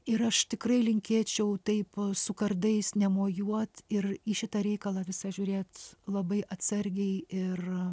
ir aš tikrai linkėčiau taip su kardais nemojuot ir į šitą reikalą visą žiūrėti labai atsargiai ir